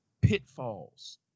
pitfalls